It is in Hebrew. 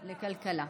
לכלכלה.